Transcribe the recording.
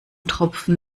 tropfen